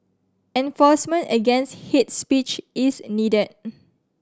enforcement against hate speech is needed